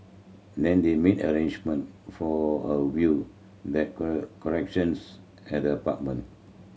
then they made arrangement for a view the collections at the apartment